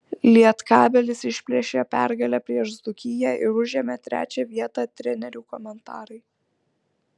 lietkabelis išplėšė pergalę prieš dzūkiją ir užėmė trečią vietą trenerių komentarai